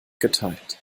geteilt